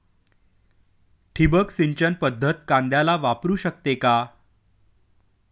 ठिबक सिंचन पद्धत कांद्याला वापरू शकते का?